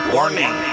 Warning